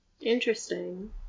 Interesting